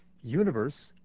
universe